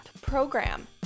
Program